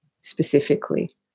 specifically